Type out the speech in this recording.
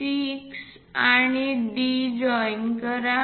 6 आणि D join करा